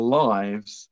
lives